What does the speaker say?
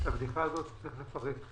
את הבדיחה הזאת שנקראת ממשלה צריך לפרק.